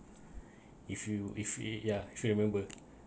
if you if he yeah treatment worth